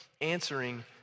answering